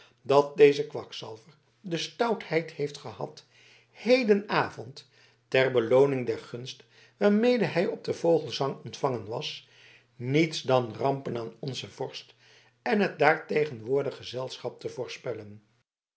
dat deze kwakzalver de stoutheid heeft gehad hedenavond ter belooning der gunst waarmede hij op den vogelesang ontvangen was niets dan rampen aan onzen vorst en het daar tegenwoordig gezelschap te voorspellen